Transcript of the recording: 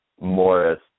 Morris